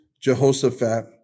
Jehoshaphat